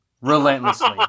Relentlessly